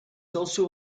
also